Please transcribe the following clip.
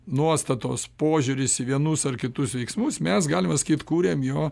nuostatos požiūris į vienus ar kitus veiksmus mes galime sakyti kūriam jo